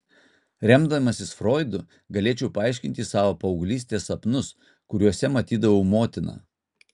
remdamasis froidu galėčiau paaiškinti savo paauglystės sapnus kuriuose matydavau motiną